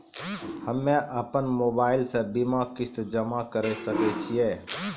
हम्मे अपन मोबाइल से बीमा किस्त जमा करें सकय छियै?